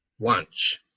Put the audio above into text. lunch